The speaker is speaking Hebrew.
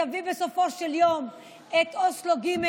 שתביא בסופו של יום את אוסלו ג'